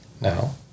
Now